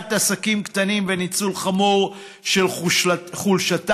קריסת עסקים קטנים וניצול חמור של חולשתם.